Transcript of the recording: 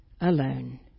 alone